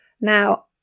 Now